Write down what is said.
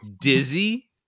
dizzy